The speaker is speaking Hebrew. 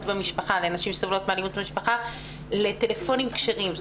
במשפחה לנשים שסובלות מאלימות במשפחה לטלפונים כשרים,